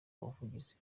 ubuvugizi